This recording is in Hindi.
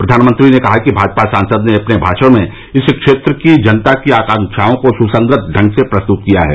प्रधानमंत्री ने कहा कि भाजपा सांसद ने अपने भाषण में इस क्षेत्र की जनता की आकांक्षाओं को सुसंगत ढंग से प्रस्तुत किया है